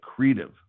accretive